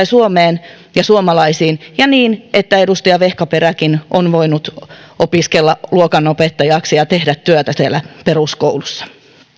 suomeen ja suomalaisiin ja niin että edustaja vehkaperäkin on voinut opiskella luokanopettajaksi ja tehdä työtä siellä peruskoulussa